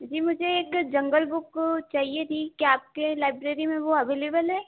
जी मुझे एक Jungle Book चाहिए थी क्या आपके लाइब्रेरी में वो अवेलेबल है